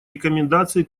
рекомендации